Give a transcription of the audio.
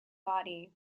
body